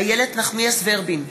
איילת נחמיאס ורבין,